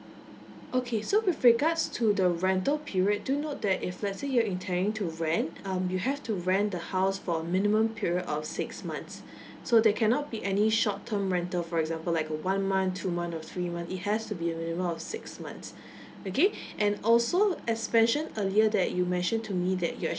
okay so with regards to the rental period do note that if let's say you're intending to rent um you have to rent the house for a minimum period of six months so there cannot be any short term rental for example like a one month two month or three month it has to be a minimum of six months okay and also expansion earlier that you mentioned to me that you're